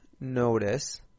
notice